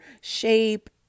shape